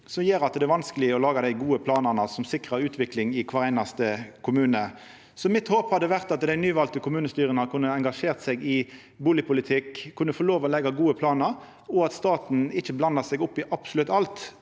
som gjer at det er vanskeleg å laga dei gode planane som sikrar utvikling i kvar einaste kommune. Mitt håp hadde vore at dei nyvalde kommunestyra kunne ha engasjert seg i bustadpolitikk og få lov til å leggja gode planar, og at staten ikkje blanda seg opp i absolutt alt.